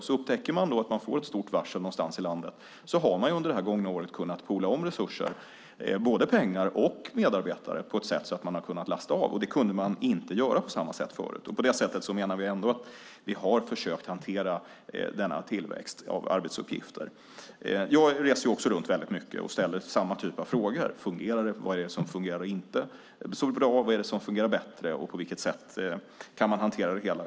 Har man upptäckt att man fått ett stort varsel någonstans i landet har man under det gångna året kunnat "poola om" resurser, både pengar och medarbetare, på ett sätt som gjort att man kunnat lasta av. Det kunde man inte göra på samma sätt förut. På det sättet menar vi ändå att vi har försökt hantera denna tillväxt av arbetsuppgifter. Jag reser också runt väldigt mycket och ställer samma typ av frågor. Jag funderar över vad som fungerar och inte, vad som fungerar bättre och på vilket sätt man kan hantera det hela.